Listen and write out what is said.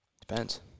Depends